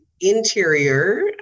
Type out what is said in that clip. interior